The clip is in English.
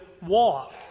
walk